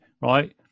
right